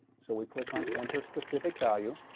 so we click on enter specific value.